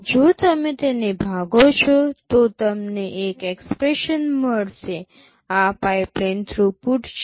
જો તમે તેને ભાગો છો તો તમને એક એક્સપ્રેસન મળશે આ પાઇપલાઇન થ્રુપુટ છે